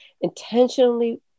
intentionally